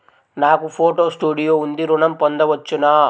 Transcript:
నాకు photo studio ఉంది ఋణం పొంద వచ్చునా?